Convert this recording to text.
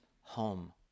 home